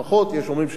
יש אומרים יותר,